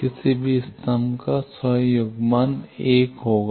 किसी भी स्तंभ संदर्भ समय ०३०० का स्व संयुग्मन १ होगा